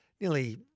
nearly